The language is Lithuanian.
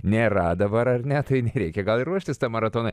nėra dabar ar ne tai nereikia gal ir ruoštis tam maratonui